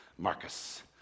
Marcus